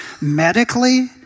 medically